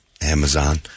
Amazon